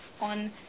on